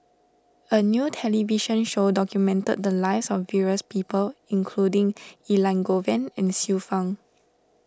a new television show documented the lives of various people including Elangovan and Xiu Fang